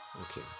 okay